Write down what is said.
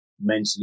mentally